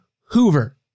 Hoover